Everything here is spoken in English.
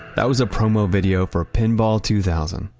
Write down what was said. that was a promo video for pinball two thousand.